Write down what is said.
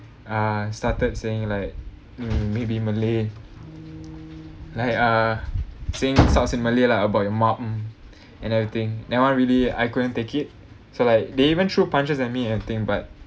ah started saying like mm maybe malay like uh saying stuffs in malay lah about your mum and everything that one really I couldn't take it so like they even throw punches at me and thing but